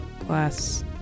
plus